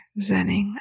Zenning